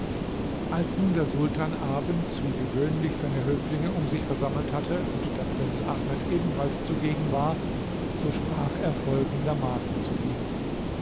als nun der sultan abends wie gewöhnlich seine höflinge um sich versammelt hatte und der prinz ahmed ebenfalls zugegen war so sprach er folgendermaßen zu ihm